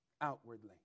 outwardly